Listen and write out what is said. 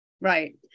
Right